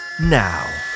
now